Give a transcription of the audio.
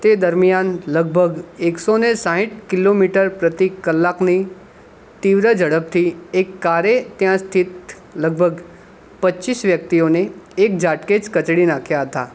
તે દરમિયાન લગભગ એકસો ને સાઠ કિલોમીટર પ્રતિ કલાકની તીવ્ર ઝડપથી એક કારે ત્યાં સ્થિત લગભગ પચીસ વ્યક્તિઓને એક ઝાટકે જ કચડી નાખ્યાં હતાં